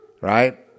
Right